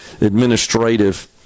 administrative